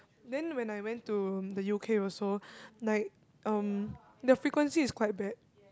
then when I went to the U_K also like um their frequency is quite bad